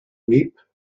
whip